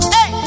Hey